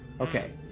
Okay